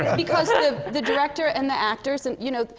ah because ah the the director and the actors and you know,